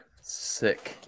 sick